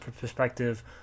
perspective